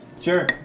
Sure